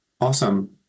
Awesome